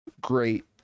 great